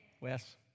Wes